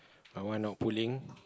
I want not pulling